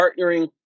partnering